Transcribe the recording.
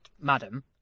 madam